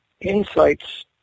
insights